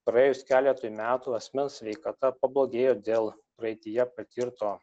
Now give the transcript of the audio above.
praėjus keletui metų asmens sveikata pablogėjo dėl praeityje patirto